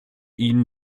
ihnen